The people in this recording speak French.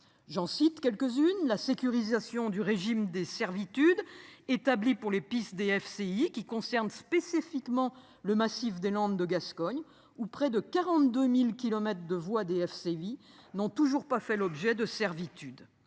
J'en cite quelques-unes, la sécurisation du régime des servitudes établies pour les pistes DFCI qui concerne spécifiquement le massif des Landes de Gascogne où près de 42.000 kilomètres de voies DFC vie n'ont toujours pas fait l'objet de servitude.